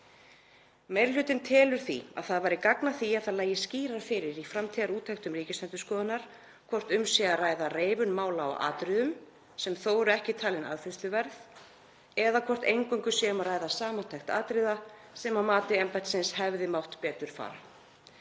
Meiri hlutinn telur því að það væri gagn af því að það lægi skýrar fyrir í framtíðarúttektum Ríkisendurskoðunar hvort um sé að ræða reifun mála á atriðum sem þó eru ekki talin aðfinnsluverð, eða hvort eingöngu sé um að ræða samantekt atriða sem að mati embættisins hefðu mátt betur fara.